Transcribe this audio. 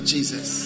Jesus